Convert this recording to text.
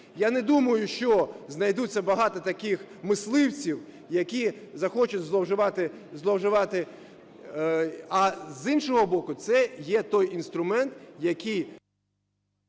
Я не думаю, що знайдеться багато таких "мисливців", які захочуть зловживати… зловживати… А з іншого боку, це є той інструмент, який…